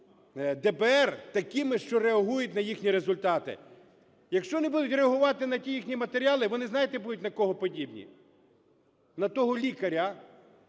ДБР такими, що реагують на їхні результати. Якщо не будуть реагувати на ті їхні матеріали, вони, знаєте, будуть на кого подібні? На того лікаря,